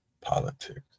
politics